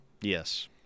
Yes